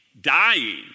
dying